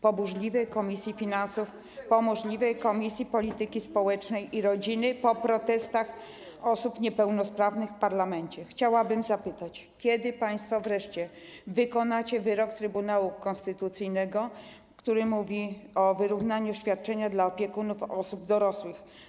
Po burzliwym posiedzeniu Komisji Polityki Społecznej i Rodziny, po protestach osób niepełnosprawnych w parlamencie chciałabym zapytać, kiedy państwo wreszcie wykonacie wyrok Trybunału Konstytucyjnego, który mówi o wyrównaniu świadczenia dla opiekunów osób dorosłych.